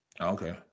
Okay